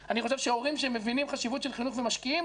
אני חושב שהורים שמבינים חשיבות של חינוך ומשקיעים,